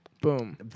Boom